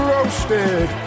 Roasted